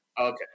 Okay